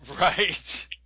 right